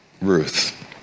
Ruth